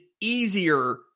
easier